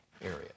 area